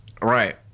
Right